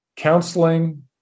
Counseling